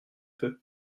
peu